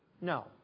No